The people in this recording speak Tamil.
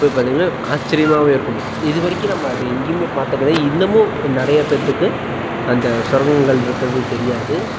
போய் பார்த்திங்கன்னா ஆச்சரியமாகவே இருக்கும் இது வரைக்கும் நம்ம அதை எங்கேயிமே பார்த்தது கிடையாது இன்னுமும் நிறைய பேர்த்துக்கு அந்த சுரங்கங்கள் இருக்கிறதே தெரியாது